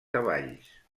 cavalls